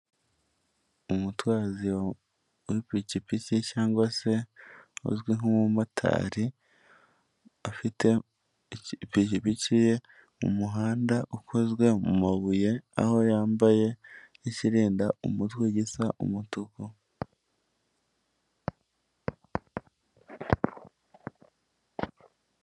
Umutwazi w'ipikipiki cyangwa se uzwi nk'umumotari, afite ipikipiki ye mu muhanda ukozwe mu mabuye, aho yambaye n'ikirinda umutwe gisa umutuku.